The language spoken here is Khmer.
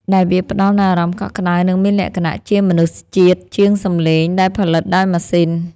ដែលវាផ្តល់នូវអារម្មណ៍កក់ក្តៅ និងមានលក្ខណៈជាមនុស្សជាតិជាងសម្លេងដែលផលិតដោយម៉ាស៊ីន។